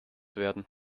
werden